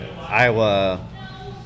Iowa